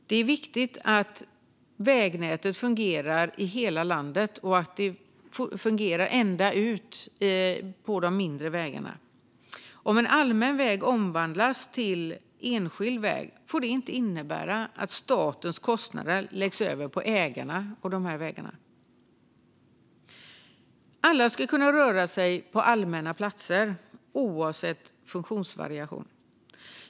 Det är viktigt att vägnätet fungerar i hela landet, ända ut på de mindre vägarna. Om en allmän väg omvandlas till enskild väg får det inte innebära att statens kostnader läggs över på ägarna av vägarna. Alla ska kunna röra sig på allmänna platser oavsett funktionsvariation.